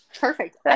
Perfect